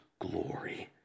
glory